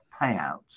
payouts